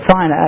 Fine